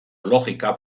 logika